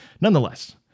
Nonetheless